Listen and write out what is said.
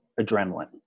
adrenaline